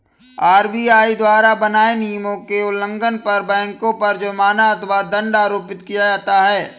RBI द्वारा बनाए नियमों के उल्लंघन पर बैंकों पर जुर्माना अथवा दंड आरोपित किया जाता है